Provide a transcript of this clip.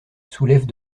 soulèvent